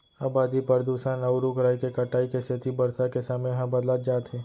अबादी, परदूसन, अउ रूख राई के कटाई के सेती बरसा के समे ह बदलत जात हे